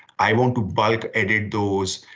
i want to bulk, edit those.